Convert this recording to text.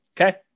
Okay